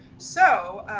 so,